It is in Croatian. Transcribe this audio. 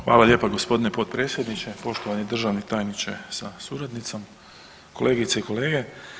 Hvala lijepa g. potpredsjedniče, poštovani državni tajniče sa suradnicom, kolegice i kolege.